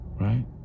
right